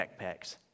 backpacks